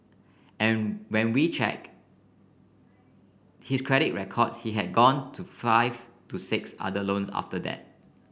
and when we check his credit records he had gone to five to six other loans after that